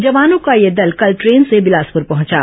जवानों का यह दल कल ट्रेन से बिलासपुर पहंचा